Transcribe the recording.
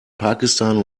pakistan